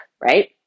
right